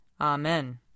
Amen